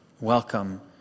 welcome